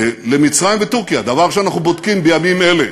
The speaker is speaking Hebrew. למצרים וטורקיה, דבר שאנחנו בודקים בימים אלה,